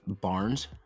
Barnes